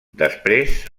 després